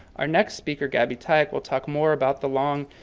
our next speaker, gabby tayac, will talk more about the long,